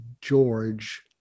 George